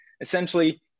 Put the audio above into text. Essentially